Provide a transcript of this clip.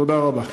תודה רבה.